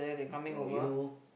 no you